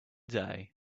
day